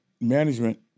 management